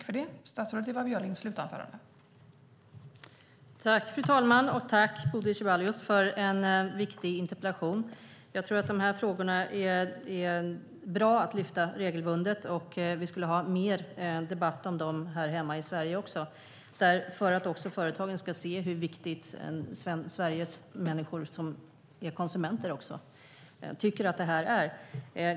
Fru talman! Jag vill tacka Bodil Ceballos för en viktig interpellation. Jag tror att det är bra att lyfta de här frågorna regelbundet och att vi skulle ha mer debatt om dem också här hemma i Sverige för att företagen ska se hur viktiga svenska människor, som också är konsumenter, tycker att de är.